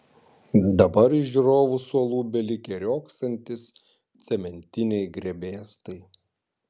dabar iš žiūrovų suolų belikę riogsantys cementiniai grebėstai